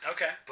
Okay